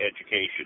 education